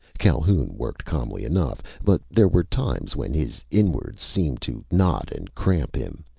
calhoun worked calmly enough, but there were times when his inwards seemed to knot and cramp him,